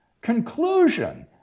conclusion